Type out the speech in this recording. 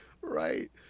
Right